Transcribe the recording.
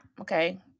okay